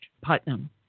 Putnam